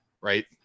right